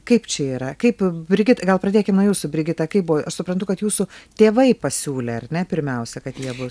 kaip čia yra kaip brigita gal pradėkim nuo jūsų brigita kaip buvo aš suprantu kad jūsų tėvai pasiūlė ar ne pirmiausia kad jie bus